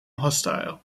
hostile